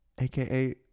aka